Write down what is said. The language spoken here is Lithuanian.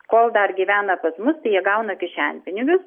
kol dar gyvena pas mus tai jie gauna kišenpinigius